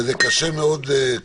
וזה קשה להם,